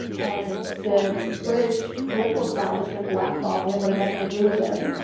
and the british political establishment blackballed him, wanted nothing to do with him.